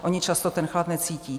Oni často ten chlad necítí.